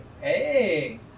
Hey